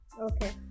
okay